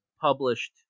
published